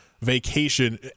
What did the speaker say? vacation